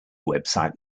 website